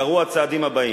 קרו הצעדים האלה: